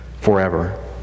forever